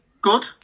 good